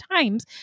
times